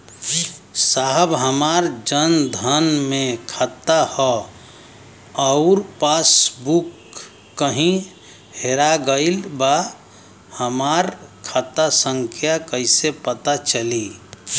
साहब हमार जन धन मे खाता ह अउर पास बुक कहीं हेरा गईल बा हमार खाता संख्या कईसे पता चली?